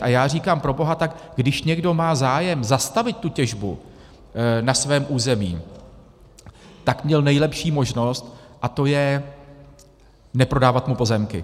A já říkám proboha, tak když někdo má zájem zastavit tu těžbu na svém území, tak měl nejlepší možnost, a to je neprodávat mu pozemky.